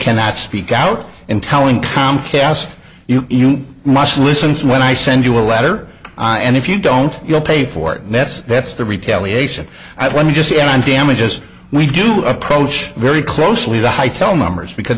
cannot speak out in telling comcast you you must listen when i send you a letter and if you don't you'll pay for it and that's that's the retaliation i one just am damages we do approach very closely the high tel numbers because